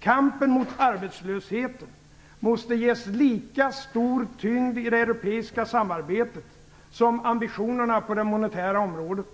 Kampen mot arbetslösheten måste ges lika stor tyngd i det europeiska samarbetet som ambitionerna på det monetära området.